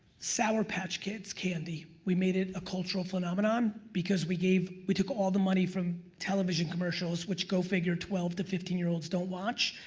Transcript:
sour patch kids candy. we made it a cultural phenomenon, because we gave. we took all the money from television commercials, which, go figure, twelve to fifteen year olds don't watch,